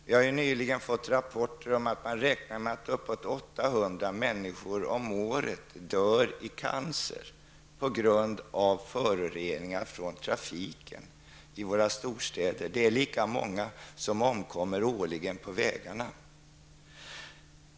Vi har nyligen fått rapporter om att man räknar med att uppåt 800 människor om året dör i cancer i våra storstäder på grund av föroreningar från trafiken. Det är lika många som årligen omkommer på vägarna.